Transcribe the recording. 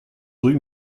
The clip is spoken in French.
rue